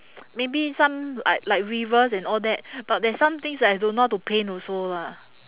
maybe some like like rivers and all that but there's some things that I don't know how to paint also lah